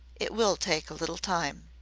it will take a little time.